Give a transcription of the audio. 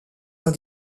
uns